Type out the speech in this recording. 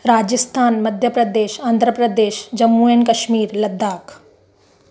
Rajasthan Madhya Pradesh Andhra Pradesh Jammu and Kashmir Ladakh